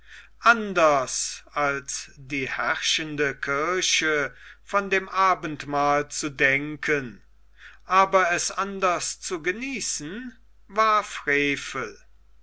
anders als die herrschende kirche von dem abendmahle zu denken aber es anders zu genießen war frevel